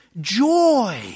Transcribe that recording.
joy